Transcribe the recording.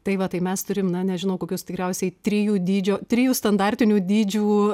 tai va tai mes turim na nežinau kokius tikriausiai trijų dydžio trijų standartinių dydžių